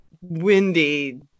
windy